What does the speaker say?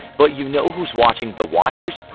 but you know who's watching the watchers?